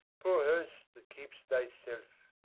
poor house, that keep'st thyself!